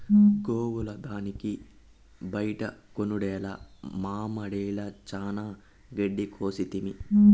గోవుల దానికి బైట కొనుడేల మామడిల చానా గెడ్డి కోసితిమి